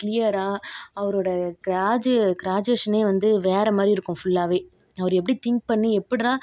க்ளியராக அவரோட கிராஜு கிராஜுவேஷனனே வந்து வேறு மாதிரி இருக்கும் ஃபுல்லாகவே அவர் எப்படி திங்க் பண்ணி எப்புட்டா